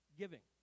giving